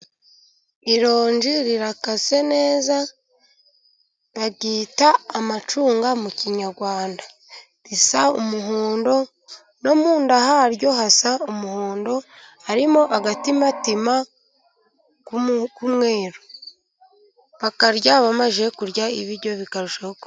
Ironji rirakase neza baryita amacunga mu kinyarwanda. Risa umuhondo, no mu nda haryo hasa umuhondo. Harimo agatimatima k'umweru, barirya bamaze kurya ibiryo bikarushaho ku...